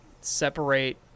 separate